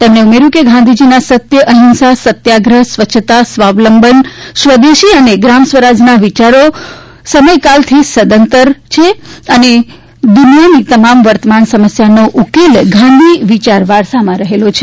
તેમણે ઉમેર્યુ હતું કે ગાંધીજીના સત્ય અહિંસા સત્યાગ્રહ સ્વચ્છતાસ્વાવલંબન સ્વદેશી અને ગ્રામ સ્વરાજના વિચારો સમયકાલથી સદંતર પર છે અને દુનિયાની તમામ વર્તમાન સમસ્યાનો ઉકેલ ગાંધી વિયાર વારસામાં રહેલું છે